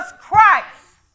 Christ